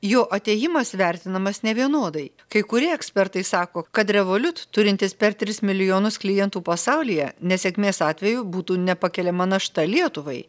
jo atėjimas vertinamas nevienodai kai kurie ekspertai sako kad revoliut turintis per tris milijonus klientų pasaulyje nesėkmės atveju būtų nepakeliama našta lietuvai